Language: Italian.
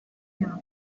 siano